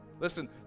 Listen